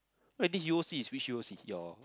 wait this U_O_C is which U_O_C your